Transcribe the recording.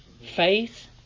Faith